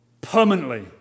permanently